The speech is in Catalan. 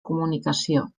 comunicació